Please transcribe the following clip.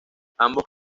ambos